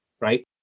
Right